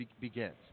begins